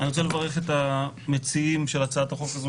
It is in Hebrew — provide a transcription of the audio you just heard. את המציעים של הצעת החוק הזאת,